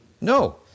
No